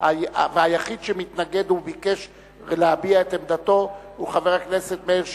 היחיד שמתנגד וביקש להביע את עמדתו הוא חבר הכנסת מאיר שטרית.